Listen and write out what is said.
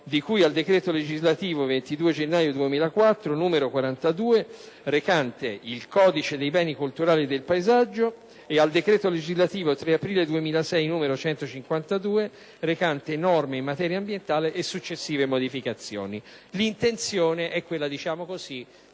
di cui al decreto legislativo 22 gennaio 2004 n. 42 recante il "Codice dei beni culturali e del paesaggio" e al decreto‑legislativo 3 aprile 2006 n. 152, recante "Norme in materia ambientale" e successive modificazioni». L'intenzione è quella di garantire